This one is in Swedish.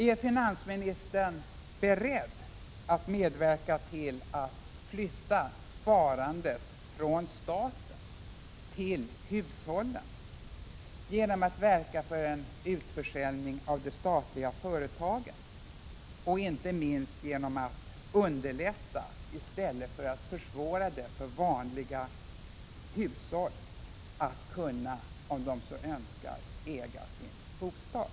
Är finansministern beredd att medverka till att flytta sparandet från staten till hushållen genom att verka för en utförsäljning av de statliga företagen och inte minst att underlätta i stället för att försvåra för vanliga hushåll att om de så önskar kunna äga sin bostad?